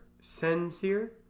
Sincere